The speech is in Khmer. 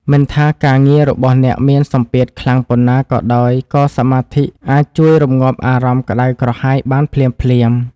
មិនថាការងាររបស់អ្នកមានសម្ពាធខ្លាំងប៉ុណ្ណាក៏ដោយក៏សមាធិអាចជួយរំងាប់អារម្មណ៍ក្តៅក្រហាយបានភ្លាមៗ។